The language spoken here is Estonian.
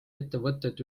ettevõtted